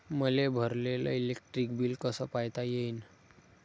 मले भरलेल electric bill कस पायता येईन?